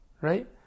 Right